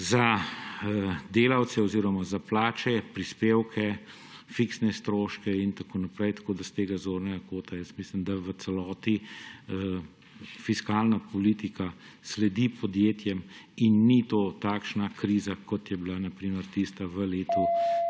za delavce oziroma za plače, prispevke, fiksne stroške in tako naprej. Tako da s tega zornega kota mislim, da v celoti fiskalna politika sledi podjetjem in ni to takšna kriza, kot je bila na primer tista v letih